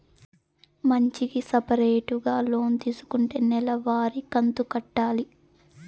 మంచికి సపరేటుగా లోన్ తీసుకుంటే నెల వారి కంతు కట్టాలి